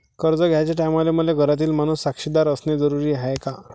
कर्ज घ्याचे टायमाले मले घरातील माणूस साक्षीदार असणे जरुरी हाय का?